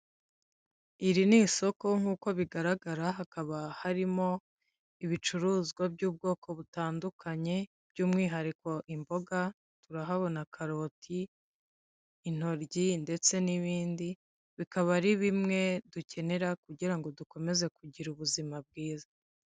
Iri ni isoko nk'uko bigaragara hakaba harimo ibicuruzwa by'ubwoko butandukanye by'umwihariko imboga, turahabona karoti, intoryi ndetse n'ibindi. Bikaba ari bimwe dukenera kugira ngo dukomeze kugira ubuzima bwiza.